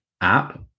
app